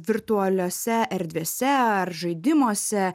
virtualiose erdvėse ar žaidimuose